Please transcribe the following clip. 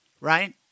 right